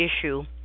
issue